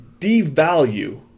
devalue